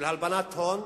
של הלבנת הון,